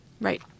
Right